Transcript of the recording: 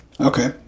Okay